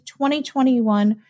2021